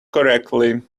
correctly